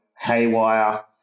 haywire